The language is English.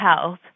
health